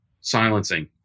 silencing